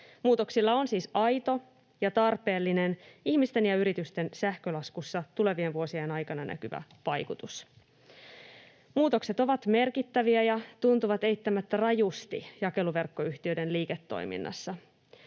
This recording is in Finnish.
Muutoksilla on siis aito ja tarpeellinen, ihmisten ja yritysten sähkölaskussa tulevien vuosien aikana näkyvä vaikutus. Muutokset ovat merkittäviä ja tuntuvat eittämättä rajusti jakeluverkkoyhtiöiden liiketoiminnassa.